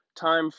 time